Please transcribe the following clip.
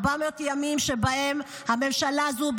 400 ימים שבהם הממשלה הזאת,